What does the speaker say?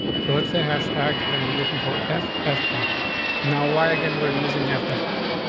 so let's say hashtag then. we're looking for f f f now. why again? we're using f f f.